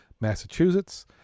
Massachusetts